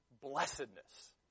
blessedness